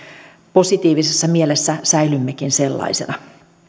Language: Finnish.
positiivisessa mielessä säilymmekin sellaisena